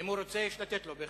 אם הוא רוצה, יש לתת לו בהחלט.